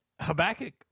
Habakkuk